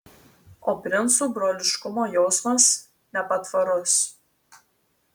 o princų broliškumo jausmas nepatvarus